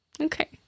Okay